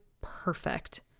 perfect